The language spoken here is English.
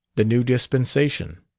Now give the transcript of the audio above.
the new dispensation.